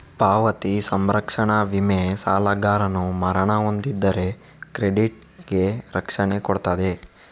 ಪಾವತಿ ಸಂರಕ್ಷಣಾ ವಿಮೆ ಸಾಲಗಾರನು ಮರಣ ಹೊಂದಿದರೆ ಕ್ರೆಡಿಟ್ ಗೆ ರಕ್ಷಣೆ ಕೊಡ್ತದೆ